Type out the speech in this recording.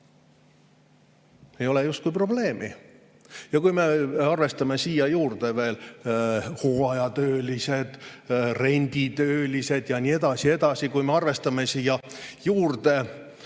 Ei ole justkui probleemi. Ja arvestame siia juurde veel hooajatöölised, renditöölised ja nii edasi, arvestame siia juurde